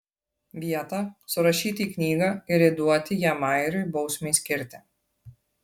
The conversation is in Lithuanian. vietą surašyti į knygą ir įduoti ją majeriui bausmei skirti